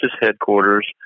headquarters